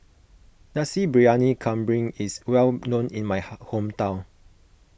Nasi Briyani Kambing is well known in my hometown